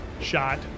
shot